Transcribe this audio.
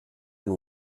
and